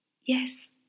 Yes